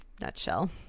nutshell